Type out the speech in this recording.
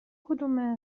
کدومه